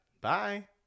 Bye